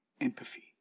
empathy